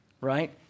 right